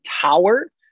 tower